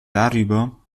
darüber